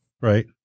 Right